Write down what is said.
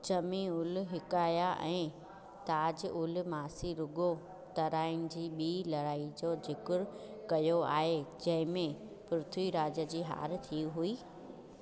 ज़मी उल हिकाया ऐं ताज़ उल मासीर रुॻो तराइन जी ॿी लड़ाई जो जिकुर कयो आहे जंहिंमें पृथ्वीराज जी हार थी हुई